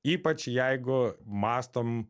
ypač jeigu mąstom